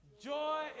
Joy